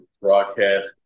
broadcast